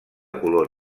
color